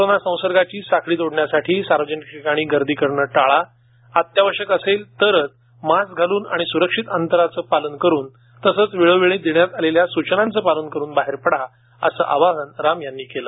corona संसर्गाची साखळी तोडण्यासाठी सार्वजनिक ठिकाणी गर्दी करणे टाळा अत्यावश्यक असेल तरच मास्क घालून आणि सुरक्षित अंतराचे पालन करून तसच वेळोवेळी देण्यात आलेच्या सूचनांचे पालन करुनच बाहेर पडा असं आवाहन राम यांनी केले